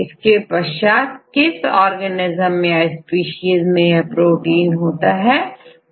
इसके पश्चात किस ऑर्गेनेज्म या स्पीशीज में यह प्रोटीन होता है पता चल जाता है